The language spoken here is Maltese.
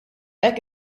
hekk